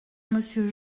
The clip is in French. monsieur